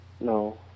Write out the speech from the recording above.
No